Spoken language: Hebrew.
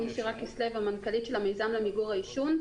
אני המנכ"לית של המיזם למיגור העישון.